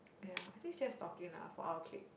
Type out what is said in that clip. ya I think it's just stalking lah for our clique